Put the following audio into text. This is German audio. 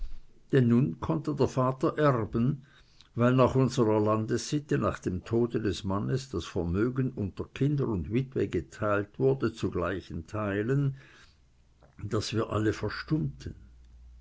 denn nun konnte der vater erben weil nach unserer landessitte nach dem tode des mannes das vermögen unter kinder und witwe geteilt wurde zu gleichen teilen daß wir alle verstummten